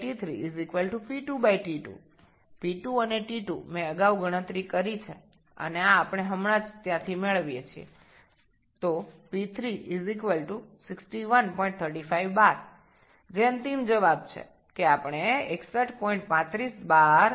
তাই এর ফলে P3T3P2T2 P2 এবং T2 আমি আগেই গণনা করেছি এবং আমরা এটি এখান থেকে পেয়েছি যে P3 6135 bar আমরা যে চূড়ান্ত উত্তরটি খুজি সেটি হল চক্রের সর্বোচ্চ চাপ ৬১৩৫ বার